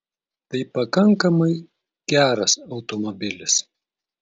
tai pakankamai geras automobilis